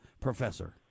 Professor